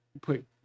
put